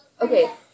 Okay